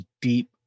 deep